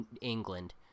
England